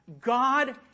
God